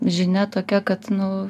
žinia tokia kad nu